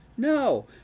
No